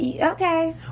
okay